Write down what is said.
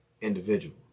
individual